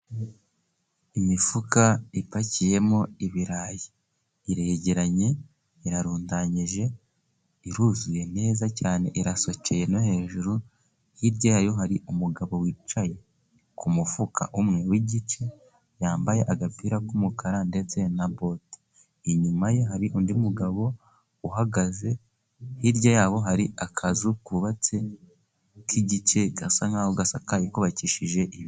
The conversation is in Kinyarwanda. Imifuka ipakiyemo ibirayi iregeranye irarundanyije, iruzuye neza cyane irasokeye no hejuru, hirya yayo hari umugabo wicaye ku mufuka umwe w'igice yambaye agapira k'umukara ndetse na boti, inyuma ye hari undi mugabo uhagaze, hirya yabo hari akazu kubatse k'igice gasa nk'aho gasakaye kubakishije ibiti.